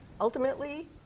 ultimately